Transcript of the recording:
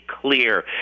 clear